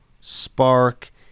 spark